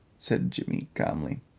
said jimmy calmly.